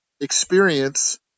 experience